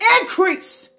increase